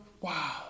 wow